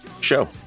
show